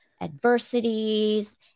adversities